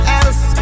else